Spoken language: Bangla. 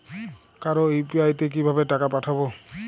কারো ইউ.পি.আই তে কিভাবে টাকা পাঠাবো?